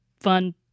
fun